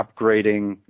upgrading